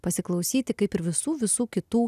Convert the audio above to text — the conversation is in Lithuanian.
pasiklausyti kaip ir visų visų kitų